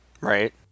right